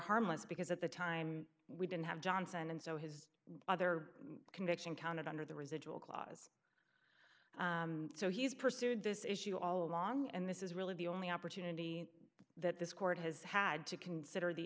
harmless because at the time we didn't have johnson and so his other conviction counted under the residual clause so he's pursued this issue all along and this is really the only opportunity that this court has had to consider the